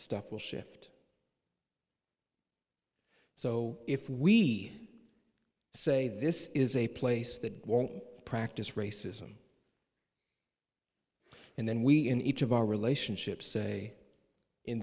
stuff will shift so if we say this is a place that practice racism and then we in each of our relationships say in